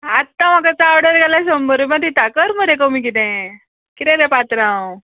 आत्तां म्हाका चावडेर गेल्या शंबर रुपया दिता कर मरे कमी किदें किदें रे पात्रांव